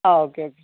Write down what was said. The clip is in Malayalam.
ആ ഓക്കെ ഓക്കെ